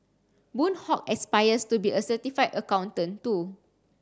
Boon Hock aspires to be a certified accountant too